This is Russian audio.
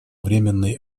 временной